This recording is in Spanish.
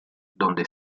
donde